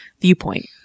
viewpoint